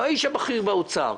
האיש הבכיר באוצר,